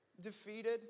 defeated